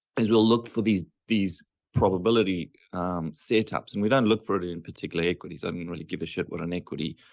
is we'll look for these these probability setups and we don't look for it in particularly equities. i don't really give a shit what an equity.